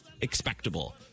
expectable